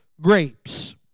grapes